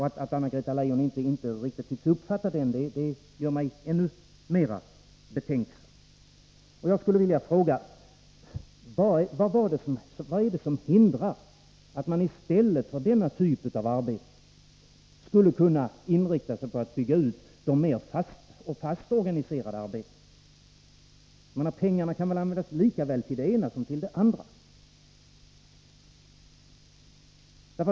Att Anna-Greta Leijon inte riktigt tycks uppfatta den skillnaden gör mig ännu mer betänksam. Jag skulle vilja fråga: Vad är det som hindrar att man i stället för denna typ av arbete inriktar sig på att bygga ut mer fast organiserade arbeten? Pengarna kan väl användas lika väl till det ena som till det andra?